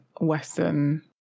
western